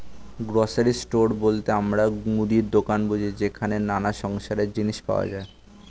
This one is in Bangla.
গ্রোসারি স্টোর বলতে আমরা মুদির দোকান বুঝি যেখানে নানা সংসারের জিনিস পাওয়া যায়